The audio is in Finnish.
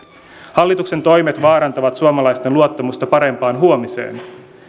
hallituksen toimet vaarantavat suomalaisten luottamusta parempaan huomiseen